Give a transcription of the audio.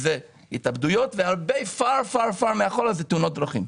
התאבדויות ורחוק מאחורה עקב תאונות דרכים.